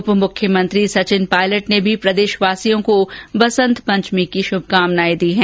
उपमुख्यमंत्री सचिन पायलट ने भी प्रदेशवासियों को बसंत पंचमी की शुभकामनाएं दी हैं